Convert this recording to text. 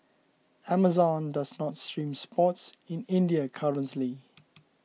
Amazon does not stream sports in India currently